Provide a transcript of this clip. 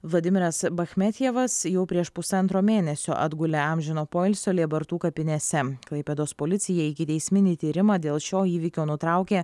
vladimiras bachmetjevas jau prieš pusantro mėnesio atgulė amžino poilsio lėbartų kapinėse klaipėdos policija ikiteisminį tyrimą dėl šio įvykio nutraukė